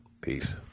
Peace